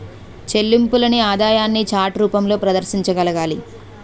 చెల్లింపుల్ని ఆదాయాన్ని చార్ట్ రూపంలో ప్రదర్శించగలగాలి